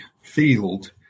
field